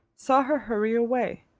saw her hurry away,